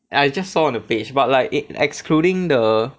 I just saw on the page but like eh excluding the